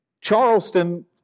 Charleston